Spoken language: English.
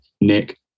nick